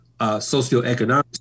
socioeconomic